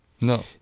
No